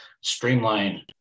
Streamline